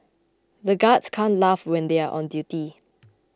the guards can't laugh when they are on duty